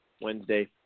Wednesday